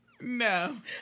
No